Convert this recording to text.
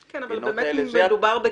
אני רוצה לדבר רק על